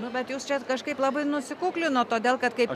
nu bet jūs čia kažkaip labai nusikuklinot todėl kad kaip